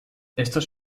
estos